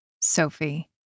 Sophie